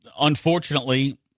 unfortunately